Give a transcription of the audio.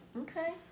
Okay